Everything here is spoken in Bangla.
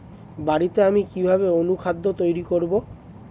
বাড়িতে আমি কিভাবে অনুখাদ্য তৈরি করব?